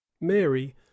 mary